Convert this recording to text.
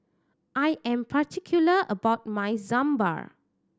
I am particular about my Sambar